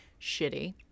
shitty